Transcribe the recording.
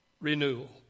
renewal